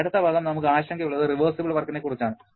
അടുത്ത പദം നമുക്ക് ആശങ്കയുള്ളത് റിവേർസിബിൾ വർക്കിനെ കുറിച്ച് ആണ്